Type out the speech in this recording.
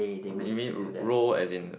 you mean role as in